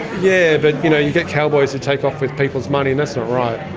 yeah, but you know you get cowboys who take off with people's money and that's not right.